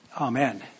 Amen